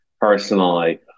personally